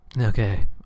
Okay